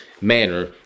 manner